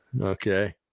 Okay